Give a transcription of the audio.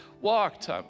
walked